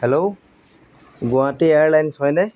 hello Guwahati airlines হয়নে